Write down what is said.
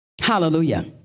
Hallelujah